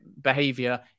behavior